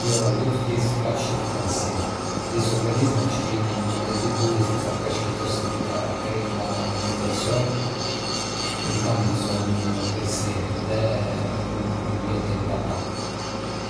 Jo, jo të gjitha kafshët kanë sy. Disa organizma ch rrinjen in ambienti bui, si za peshqit ose disa krimba nëntokësorë, nuk kanë bësonj për sy dhe u lletin pa ta.